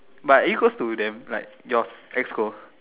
but equals to them like your exco